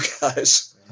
guys